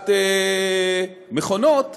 להנדסת מכונות